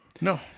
No